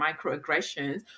microaggressions